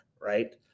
right